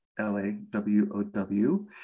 L-A-W-O-W